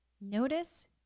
notice